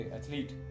athlete